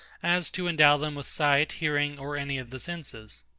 as to endow them with sight, hearing, or any of the senses.